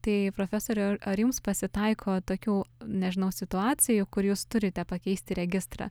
tai profesoriau ar ar jums pasitaiko tokių nežinau situacijų kur jūs turite pakeisti registrą